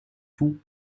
tout